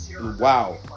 Wow